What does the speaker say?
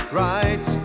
right